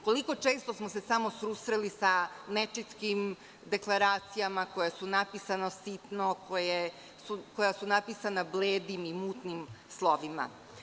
Koliko često smo se samo susreli sa nečitkim deklaracijama koje su napisane sitno, koje su napisane bledim i mutnim slovima?